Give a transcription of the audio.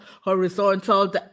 horizontal